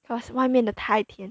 cause 外面的太甜